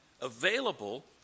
available